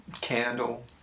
candle